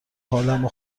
حالمو